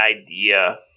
idea